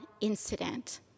incident